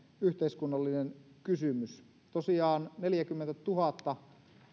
yhteiskunnallinen kysymys tosiaan neljäkymmentätuhatta